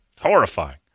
Horrifying